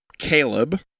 Caleb